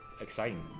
exciting